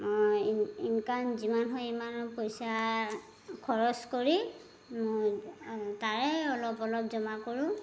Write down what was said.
মই ইনকাম যিমান হয় ইমান পইচা খৰচ কৰি মই তাৰে অলপ অলপ জমা কৰোঁ